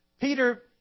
Peter